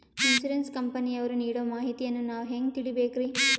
Insurance ಕಂಪನಿಯವರು ನೀಡೋ ಮಾಹಿತಿಯನ್ನು ನಾವು ಹೆಂಗಾ ತಿಳಿಬೇಕ್ರಿ?